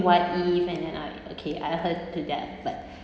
what if and then I okay I heard to that but